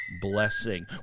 blessing